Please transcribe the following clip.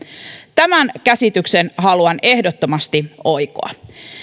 tämän käsityksen haluan ehdottomasti oikoa